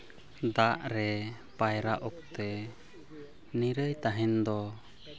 ᱫᱟᱜ ᱨᱮ ᱯᱟᱭᱨᱟᱜ ᱚᱠᱛᱮ ᱱᱤᱨᱟᱹᱭ ᱛᱟᱦᱮᱱ ᱫᱚ